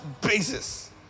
basis